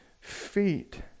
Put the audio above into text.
feet